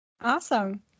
Awesome